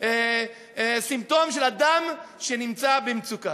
כאל סימפטום של אדם שנמצא במצוקה.